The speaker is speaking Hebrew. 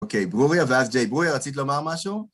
אוקיי, ברוריה ואז, ג'יי, ברוריה, רצית לומר משהו?